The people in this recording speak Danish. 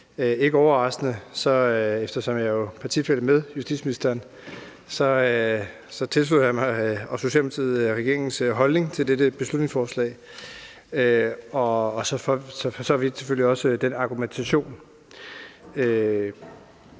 Ikke overraskende, eftersom jeg er partifælle med justitsministeren, tilslutter Socialdemokratiet sig regeringens holdning til dette beslutningsforslag og for så vidt også til den argumentation.